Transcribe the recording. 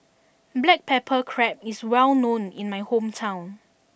Black Pepper Crab is well known in my hometown